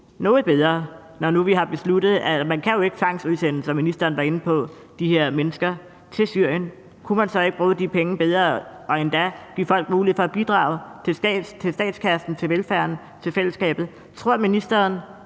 noget bedre, når nu vi har besluttet, at man jo ikke kan tvangsudsende, som ministeren var inde på, de her mennesker til Syrien? Kunne man så ikke bruge de penge bedre og endda give folk mulighed for at bidrage til statskassen, til velfærden, til fællesskabet? Tror ministeren,